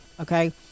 okay